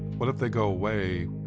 what if they go way,